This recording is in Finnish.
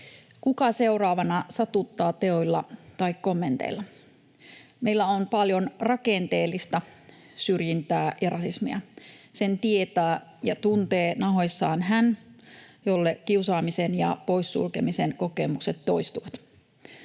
kuka seuraavana satuttaa teoilla tai kommenteilla. Meillä on paljon rakenteellista syrjintää ja rasismia. Sen tietää ja tuntee nahoissaan hän, jolle kiusaamisen ja poissulkemisen kokemukset toistuvat.